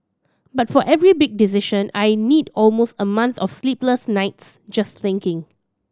but for every big decision I need almost a month of sleepless nights just thinking